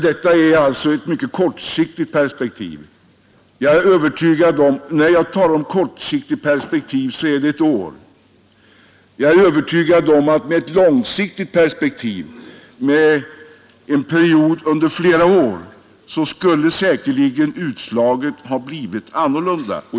Detta är alltså ett mycket kortsiktigt perspektiv, närmare bestämt ett år. Jag är övertygad om att med ett långsiktigt perspektiv, alltså flera år, skulle utslaget ha blivit annorlunda.